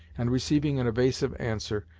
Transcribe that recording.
and receiving an evasive answer,